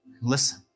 Listen